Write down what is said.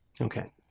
Okay